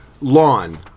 lawn